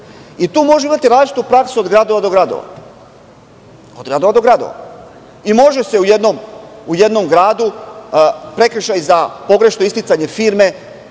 Tu možemo imati različitu praksu, od gradova do gradova. Može se u jednom gradu prekršaj za pogrešno isticanje firme,